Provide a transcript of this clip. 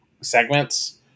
segments